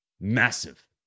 massive